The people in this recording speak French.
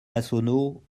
massonneau